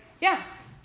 yes